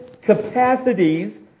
capacities